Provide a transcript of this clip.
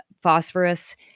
phosphorus